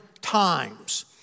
times